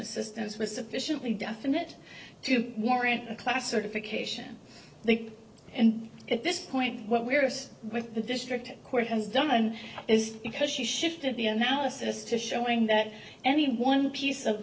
assistance was sufficiently definite to warrant a classification and at this point whereas with the district court has done is because she shifted the analysis to showing that any one piece of